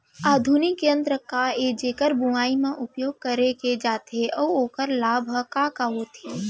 आधुनिक यंत्र का ए जेकर बुवाई म उपयोग करे जाथे अऊ ओखर लाभ ह का का होथे?